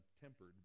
tempered